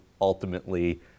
ultimately